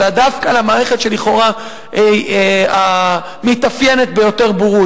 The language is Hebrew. אלא דווקא על המערכת שלכאורה מתאפיינת ביותר בורות.